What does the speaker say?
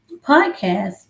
podcast